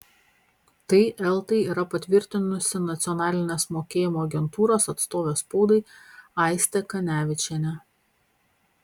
tai eltai yra patvirtinusi nacionalinės mokėjimo agentūros atstovė spaudai aistė kanevičienė